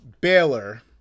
Baylor